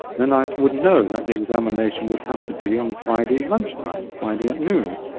then i would know that the examination would have to be on friday lunchtime, friday at noon,